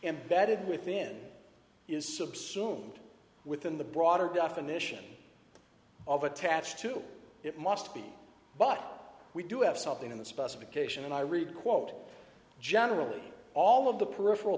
embedded with then is subsume within the broader definition of attached to it must be but we do have something in the specification and i read quote generally all of the peripheral